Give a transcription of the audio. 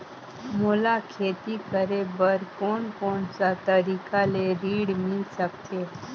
मोला खेती करे बर कोन कोन सा तरीका ले ऋण मिल सकथे?